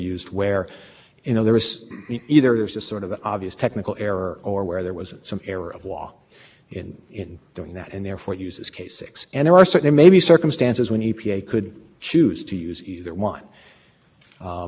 to have discretion you may hear it use case six because of a because it was obvious that it was an error and there was nothing the states the states have argued they should have had notice and comment but there's nothing they could have set the court spoke very